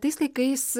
tais laikais